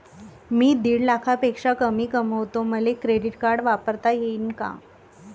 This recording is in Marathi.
मी दीड लाखापेक्षा कमी कमवतो, मले क्रेडिट कार्ड वापरता येईन का?